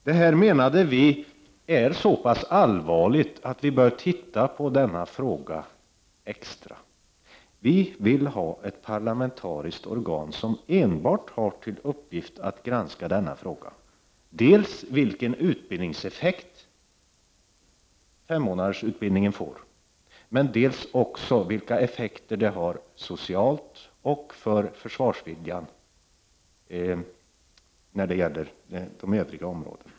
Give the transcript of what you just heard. Det här är så pass allvarligt att man bör titta på denna fråga extra noga. Vpk vill att ett parlamentariskt organ inrättas som enbart har till uppgift att granska denna fråga, dels vilken utbildningseffekt femmånadersutbildningen får, dels vilka effekter det har socialt och för försvarsviljan när det gäller de övriga områdena.